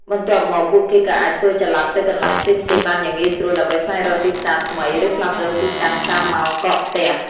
បន្ទាប់មក ពួកគេក៏អាចធ្វើចល័តទៅកន្លែងផ្សេងៗបានយ៉ាងងាយស្រួល ដើម្បីស្វែងរកទីផ្សារថ្មី ឬផ្លាស់ប្តូរទីតាំងតាមម៉ោងកកស្ទះ។